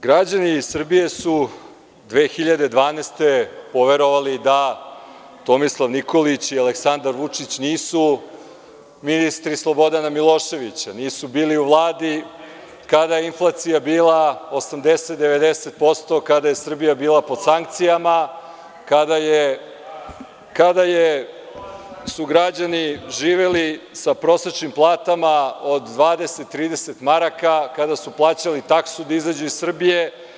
Građani Srbije su 2012. godine poverovali da Tomislav Nikolić i Aleksandar Vučić nisu ministri Slobodana Miloševića, nisu bili u Vladi kada je inflacija bila 80, 90%, kada je Srbija bila pod sankcijama, kada su građani živeli sa prosečnim platama od 20, 30 maraka, kada su plaćali taksu da izađu iz Srbije.